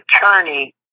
attorney